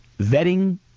vetting